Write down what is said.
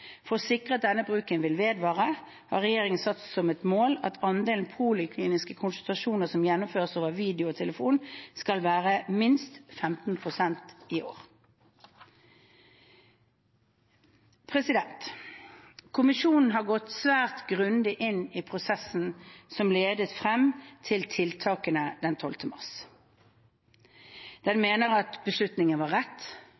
For å sikre at denne bruken vil vedvare, har regjeringen satt som et mål at andelen polikliniske konsultasjoner som gjennomføres over video og telefon, skal være minst 15 pst. i år. Kommisjonen har gått svært grundig inn i prosessen som ledet frem til tiltakene den 12. mars. Den